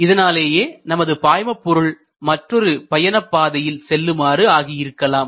இதனாலேயே நமது பாய்மபொருள் மற்றொரு பயணப் பாதையில் செல்லுமாறு ஆகியிருக்கலாம்